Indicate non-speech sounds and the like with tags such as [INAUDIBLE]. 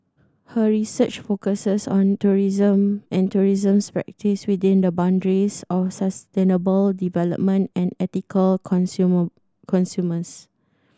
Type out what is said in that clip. her research focuses on tourism and tourism's practice within the boundaries of sustainable development and ethical consumer [UNINTELLIGIBLE]